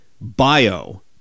bio